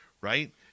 right